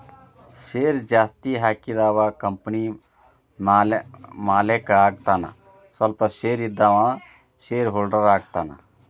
share ಜಾಸ್ತಿ ಹಾಕಿದವ company ಮಾಲೇಕ ಆಗತಾನ ಸ್ವಲ್ಪ ಶೇರ್ ಇದ್ದವ ಶೇರ್ ಹೋಲ್ಡರ್ ಆಗತಾನ